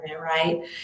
right